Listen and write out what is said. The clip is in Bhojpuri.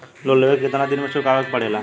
लोन लेवे के कितना दिन मे चुकावे के पड़ेला?